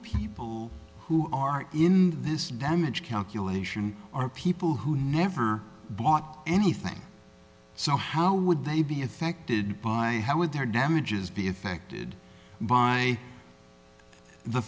people who are in this damage calculation are people who never bought anything so how would they be affected by how would their damages be affected by the